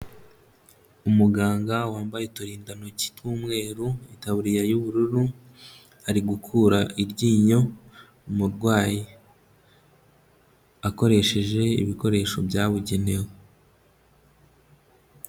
Umuganga wambaye uturindantoki tw'umweru, itaburiya y'ubururu, ari gukura iryinyo umurwayi akoresheje ibikoresho byabugenewe.